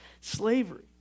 slavery